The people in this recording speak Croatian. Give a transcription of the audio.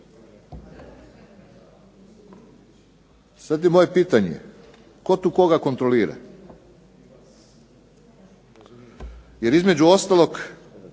Sad je moje pitanje tko tu koga kontrolira. Jer između ostalog